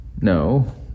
no